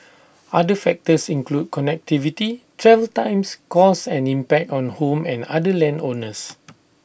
other factors include connectivity travel times costs and impact on home and other land owners